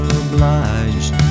obliged